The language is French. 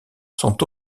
sont